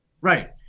Right